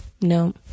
No